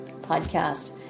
podcast